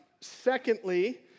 secondly